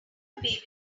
baby